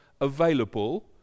available